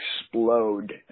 explode